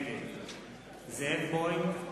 נגד זאב בוים,